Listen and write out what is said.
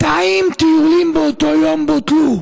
200 טיולים באותו יום בוטלו,